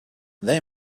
they